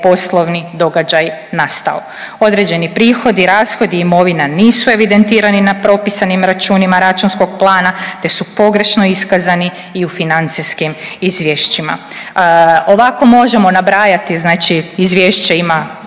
poslovni događaj nastao. Određeni prihodi, rashodi i imovina nisu evidentirani na propisanim računima računskog plana te su pogrešno iskazani i u financijskim izvješćima. Ovako možemo nabrajati znači Izvješće ima